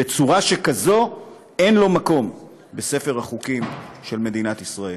בצורה שכזאת אין לו מקום בספר החוקים של מדינת ישראל.